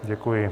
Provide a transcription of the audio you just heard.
Děkuji.